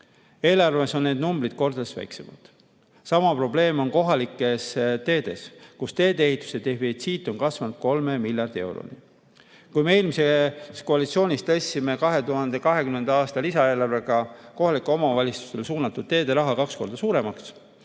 Eelarves on need numbrid kordades väiksemad. Sama probleem on kohalike teedega, mille ehituse defitsiit on kasvanud 3 miljardi euroni. Kui me eelmises koalitsioonis tõstsime 2020. aasta lisaeelarvega kohalikele omavalitsustele suunatud teede raha kaks korda suuremaks,